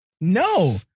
No